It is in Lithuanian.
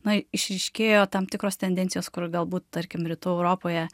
na išryškėjo tam tikros tendencijos kur galbūt tarkim rytų europoje